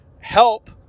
help